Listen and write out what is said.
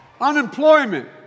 Unemployment